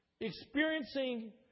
Experiencing